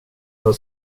har